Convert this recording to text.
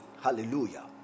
hallelujah